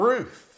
Ruth